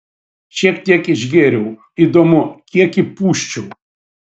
šiek tiek išgėriau įdomu kiek įpūsčiau